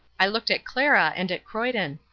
i looked at clara and at croyden.